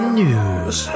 news